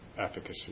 efficacy